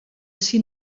ací